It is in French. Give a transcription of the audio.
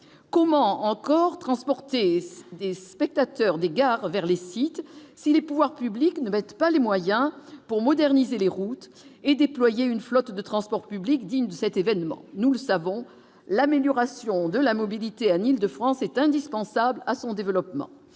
comment encore transporter et spectateurs des gares vers les sites si les pouvoirs publics ne mettent pas les moyens pour moderniser les routes et déployer une flotte de transport public digne de cet événement, nous le savons, l'amélioration de la mobilité de France est indispensable à son développement,